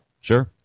Sure